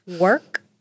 work